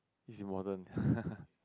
is important